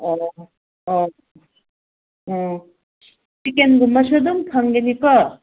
ꯑꯣ ꯑꯣ ꯑꯣ ꯆꯤꯛꯀꯟꯒꯨꯝꯕꯁꯨ ꯑꯗꯨꯝ ꯐꯪꯒꯅꯤꯀꯣ